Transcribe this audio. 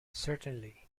certainly